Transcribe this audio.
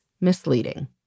misleading